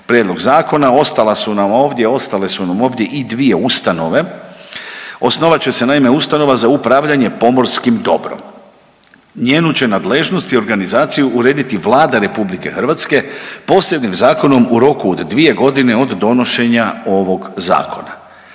su nam ovdje, ostale su nam ovdje i dvije ustanove. Osnovat će se naime ustanova za upravljanje pomorskim dobrom. Njenu će nadležnost i organizaciju urediti Vlada Republike Hrvatske posebnim zakonom u roku od dvije godine od donošenja ovog zakona.